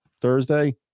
thursday